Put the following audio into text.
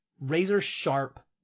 razor-sharp